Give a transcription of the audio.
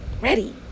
ready